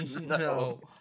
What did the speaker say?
No